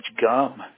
gum